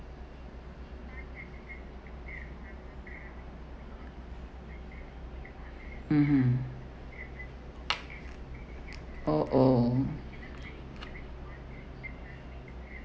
mmhmm oh oh